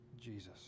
Jesus